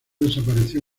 desapareció